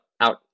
out